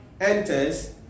enters